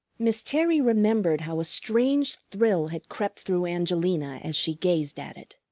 miss terry remembered how a strange thrill had crept through angelina as she gazed at it.